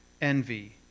envy